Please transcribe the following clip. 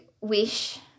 wish